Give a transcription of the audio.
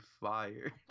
fired